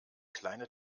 kleine